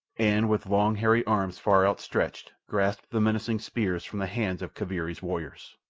and, with long, hairy arms far outstretched, grasped the menacing spears from the hands of kaviri's warriors.